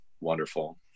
wonderful